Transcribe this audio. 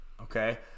okay